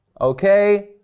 okay